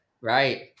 right